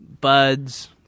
buds